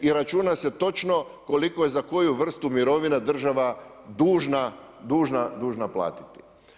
I računa se točno koliko je za koju vrstu mirovina država dužna platiti.